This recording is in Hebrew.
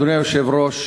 אדוני היושב-ראש,